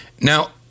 Now